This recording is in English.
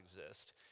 exist